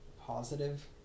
positive